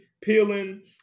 peeling